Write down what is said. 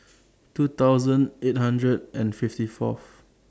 two thousand eight hundred and fifty Fourth